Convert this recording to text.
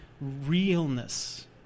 realness